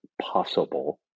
possible